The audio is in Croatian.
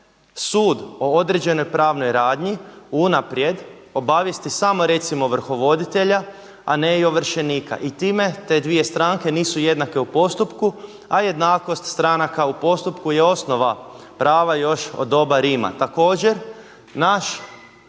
sud o određenoj pravnoj radnji unaprijed obavijesti samo recimo ovrhovoditelja, a ne i ovršenika i time te dvije stranke nisu jednake u postupku, a jednakost stranaka u postupku je osnova prava još od doba Rima. Također naš